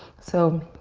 so